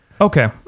Okay